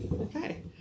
Okay